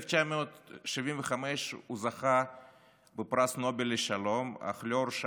ב-1975 הוא זכה בפרס נובל לשלום אך לא הורשה